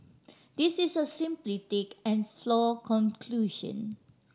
this is a simplistic and flaw conclusion